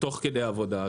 תוך כדי עבודה.